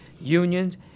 unions